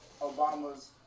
Obama's